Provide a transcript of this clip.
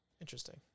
Interesting